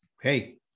hey